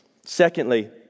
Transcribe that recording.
Secondly